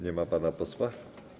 Nie ma pana posła?